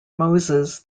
moses